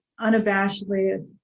unabashedly